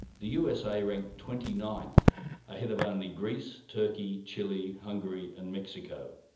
the usa ranked twenty ninth ahead of only greece, turkey, chile, hungary and mexico.